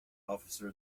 officer